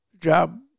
Job